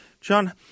John